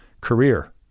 career